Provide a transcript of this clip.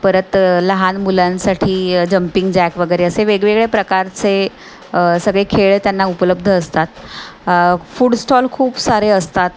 परत लहान मुलांसाठी जंपिंग जॅक वगैरे असे वेगवेगळ प्रकारचे सगळे खेळ त्यांना उपलब्ध असतात फूड सटॉल खूप सारे असतात